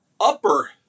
upper